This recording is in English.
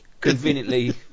conveniently